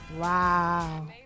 Wow